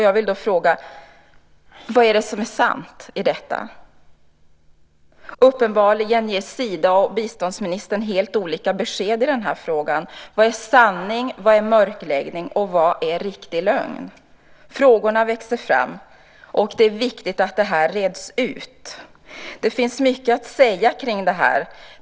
Jag vill då fråga: Vad är det som är sant i detta? Uppenbarligen ger Sida och biståndsministern helt olika besked i den här frågan. Vad är sanning, vad är mörkläggning och vad är riktig lögn? Frågorna växer fram, och det är viktigt att det här reds ut. Det finns mycket att säga kring det här.